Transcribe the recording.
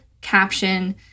caption